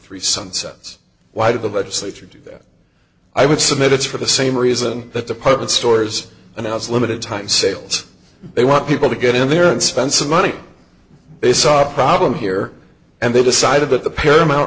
three sunsets why did the legislature do that i would submit it's for the same reason that department stores announce limited time sales they want people to get in there and spend some money they saw a problem here and they decided that the paramount